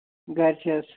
گرِ چھِ حظ